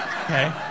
Okay